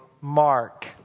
Mark